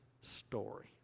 story